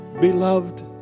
Beloved